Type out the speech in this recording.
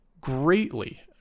greatly